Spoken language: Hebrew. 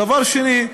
דבר שני,